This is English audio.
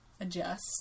adjust